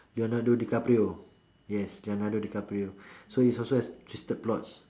leonardo-dicaprio yes leonardo-dicaprio so it's also has twisted plots